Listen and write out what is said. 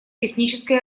технической